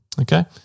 Okay